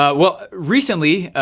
ah well, recently,